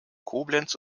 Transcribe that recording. koblenz